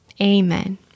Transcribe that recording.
Amen